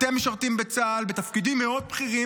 אתם משרתים בצה"ל בתפקידים מאוד בכירים,